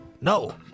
No